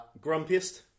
Grumpiest